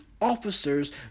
officers